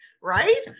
right